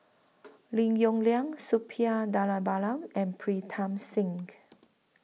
Lim Yong Liang Suppiah Dhanabalan and Pritam Singh